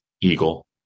Eagle